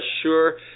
sure